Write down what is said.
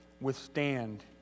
withstand